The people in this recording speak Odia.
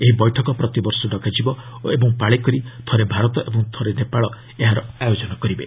ଏହି ବୈଠକ ପ୍ରତିବର୍ଷ ଡକାଯିବ ଏବଂ ପାଳିକରି ଥରେ ଭାରତ ଓ ଥରେ ନେପାଳ ଏହାର ଆୟୋଜନ କରିବେ